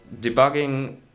debugging